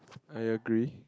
I agree